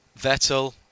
Vettel